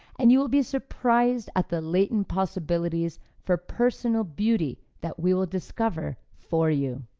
and you will be surprised at the latent possibilities for personal beauty that we will discover for you.